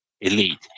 Elite